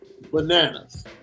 bananas